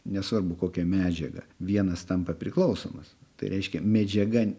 nesvarbu kokia medžiaga vienas tampa priklausomas tai reiškia medžiaga